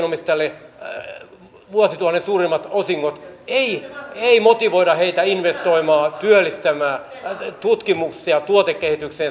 jaetaan osakkeenomistajille vuosituhannen suurimmat osingot ei motivoida heitä investoimaan työllistämään tutkimukseen ja tuotekehitykseen satsaamaan